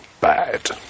bad